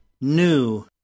New